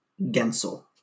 Gensel